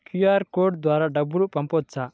QR code ద్వారా డబ్బులు పంపవచ్చా?